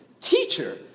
teacher